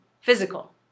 physical